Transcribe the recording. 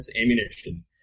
ammunition